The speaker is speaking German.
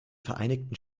vereinigten